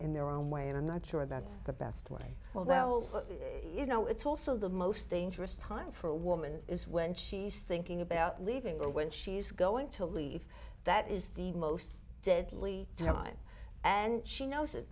in their own way and i'm not sure that's the best way although you know it's also the most dangerous time for a woman is when she's thinking about leaving or when she's going to leave that is the most deadly to god and she knows it